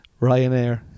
Ryanair